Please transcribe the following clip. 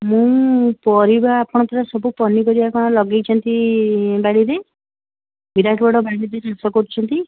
ମୁଁ ପରିବା ଆପଣ ପରା ସବୁ ପନିପରିବା କ'ଣ ଲଗେଇଛନ୍ତି ବାଡ଼ିରେ ବିରାଟ ବଡ଼ ବାଡ଼ିରେ ଜିନିଷ କରୁଛନ୍ତି